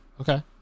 Okay